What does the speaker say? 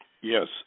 Yes